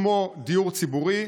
כמו דיור ציבורי,